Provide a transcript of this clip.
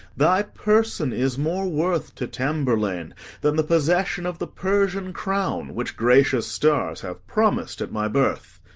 thy person is more worth to tamburlaine than the possession of the persian crown, which gracious stars have promis'd at my birth.